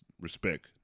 respect